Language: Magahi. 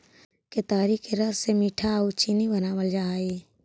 केतारी के रस से मीठा आउ चीनी बनाबल जा हई